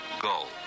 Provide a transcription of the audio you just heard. go